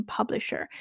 Publisher